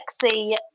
sexy